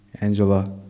Angela